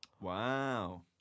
Wow